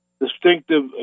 Distinctive